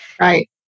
Right